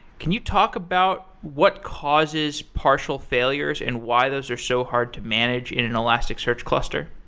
can you talk about what causes partial failures and why those are so hard to manage in an elasticsearch cluster?